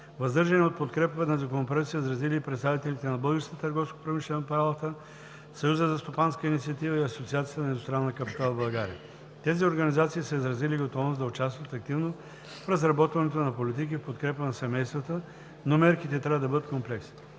Въздържане от подкрепа на Законопроекта са изразили представителите на Българската търговско-промишлена палата, Съюза за стопанска инициатива и Асоциацията на индустриалния капитал в България. Тези организации са изразили готовност да участват активно в разработването на политики в подкрепа на семействата, но мерките трябва да бъдат комплексни.